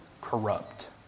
corrupt